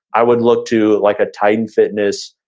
i would look to like a titan fitness,